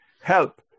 help